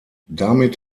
damit